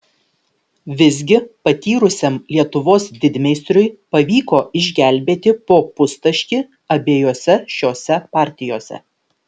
visgi patyrusiam lietuvos didmeistriui pavyko išgelbėti po pustaškį abiejose šiose partijose